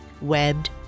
webbed